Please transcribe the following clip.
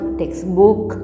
textbook